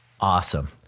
Awesome